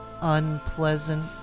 unpleasant